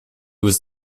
was